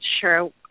sure